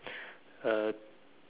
uh